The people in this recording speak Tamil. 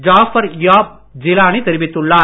ஜாபர்யாப் ஜிலானி தெரிவித்துள்ளார்